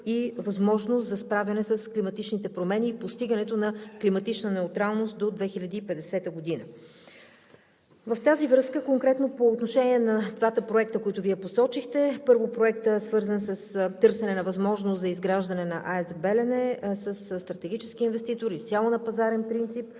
и възможност за справяне с климатичните промени и постигането на климатична неутралност до 2050 г. В тази връзка конкретно по отношение на двата проекта, които Вие посочихте. Първо, по проекта, свързан с търсене на възможност за изграждане на АЕЦ „Белене“, със стратегически инвеститор, изцяло на пазарен принцип,